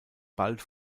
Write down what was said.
bald